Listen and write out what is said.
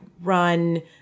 run –